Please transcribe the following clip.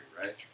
right